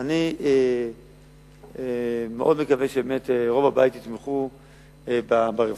אני מקווה מאוד שרוב הבית יתמכו ברפורמה,